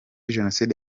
jenoside